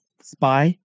spy